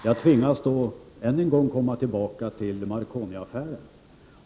Herr talman! Jag tvingas än en gång komma tillbaka till Marconi-affären.